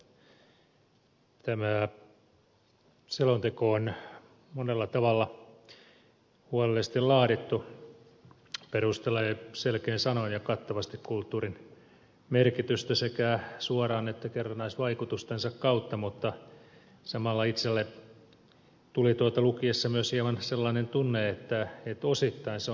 tämä selonteko on monella tavalla huolellisesti laadittu perustellaan selkein sanoin ja kattavasti kulttuurin merkitystä sekä suoraan että kerrannaisvaikutustensa kautta mutta samalla itselle tuli tuota lukiessa myös hieman sellainen tunne että osittain se on käytännön kentästä kuitenkin irti